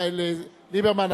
ליברמן,